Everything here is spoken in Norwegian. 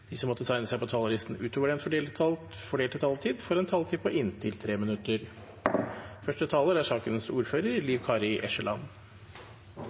de som måtte tegne seg på talerlisten utover den fordelte taletid, får også en taletid på inntil 3 minutter. Jeg vil holde et innlegg både som sakens ordfører